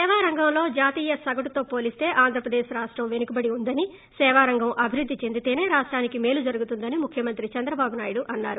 సేవా రంగంలో జాతీయ సగటుతో పోలీస్త ఆంధ్ర ప్రదేశ్ రాష్టం వెనుకబడి ఉందని సేవా రంగం అభివృద్ది చెందితేనే రాష్టానికి మేలు జరుగుతుందని ముఖ్యమంత్రి చంద్రబాబు నాయుడు అన్నారు